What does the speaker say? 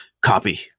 copy